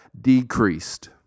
decreased